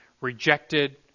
rejected